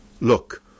Look